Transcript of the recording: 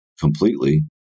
completely